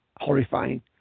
horrifying